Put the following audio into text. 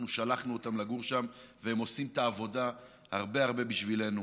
אנחנו שלחנו אותם לגור שם והם עושים את העבודה הרבה הרבה בשבילנו,